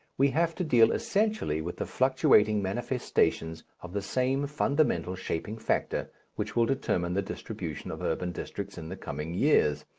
we have to deal essentially with the fluctuating manifestations of the same fundamental shaping factor which will determine the distribution of urban districts in the coming years.